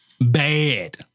Bad